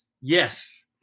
yes